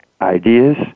ideas